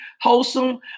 wholesome